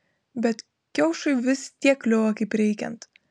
bet kiaušui vis tiek kliuvo kaip reikiant